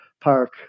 Park